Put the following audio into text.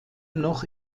noch